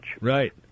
Right